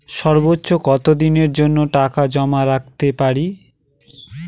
সর্বোচ্চ কত দিনের জন্য টাকা জমা রাখতে পারি?